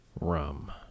rum